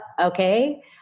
okay